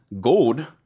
gold